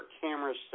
cameras